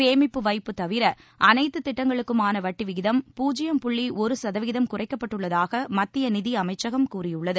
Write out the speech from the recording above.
சேமிப்பு வைப்பு தவிர அனைத்து திட்டங்களுக்குமான வட்டி விகிதம் பூஜ்யம் புள்ளி ஒரு சதவீதம் குறைக்கப்பட்டுள்ளதாக மத்திய நிதியமைச்சகம் கூறியுள்ளது